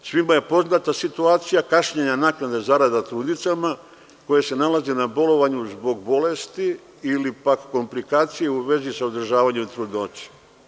Svima je poznata situacija kašnjenja naknade zarada trudnicama koje se nalaze na bolovanju zbog bolesti ili pak komplikacija u vezi sa održavanjem trudnoće.